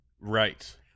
Right